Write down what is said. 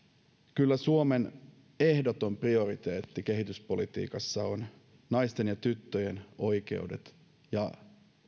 kyllä suomen ehdoton prioriteetti kehityspolitiikassa on naisten ja tyttöjen oikeudet ja